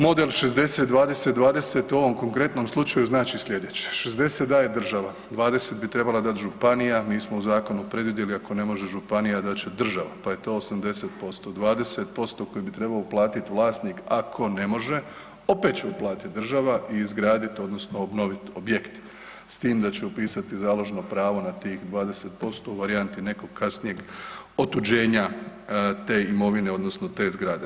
Model 60-20-20 u ovom konkretnom slučaju znači sljedeće, 60 daje država, 20 bi trebala dati županija, mi smo u zakonu predvidjeli ako ne može županija dat će država pa je to 80%, 20% koje bi trebao uplatiti vlasnik ako ne može opet će uplatiti država i izgradit odnosno obnoviti objekt, s tim da će upisati založno pravo na tih 20% u varijanti nekog kasnijeg otuđenja te imovine odnosno te zgrade.